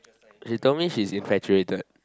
she told me she infatuated